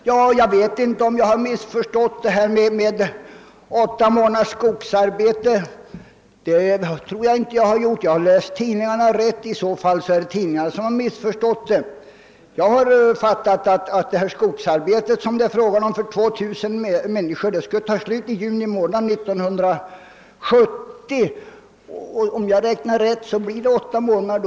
Jag vet inte om jag missuppfattat detta med åtta månaders skogsarbete — jag har i varje fall läst tidningarna riktigt, och om jag har fel så är det tidningarna som missförstått det hela. Jag har uppfattat det så, att det skogsarbete för 2000 personer som det här gäller skulle ta slut i juni månad 1970. Om jag räknat rätt blir det åtta månader.